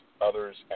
others